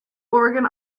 oregon